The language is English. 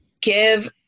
give